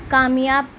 کامیاب